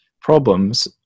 problems